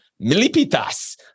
Milipitas